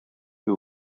who